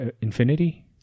Infinity